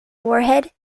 warhead